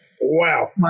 wow